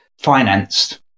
financed